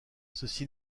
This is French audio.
ceci